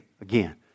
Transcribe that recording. again